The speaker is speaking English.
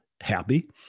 happy